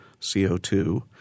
CO2